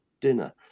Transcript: dinner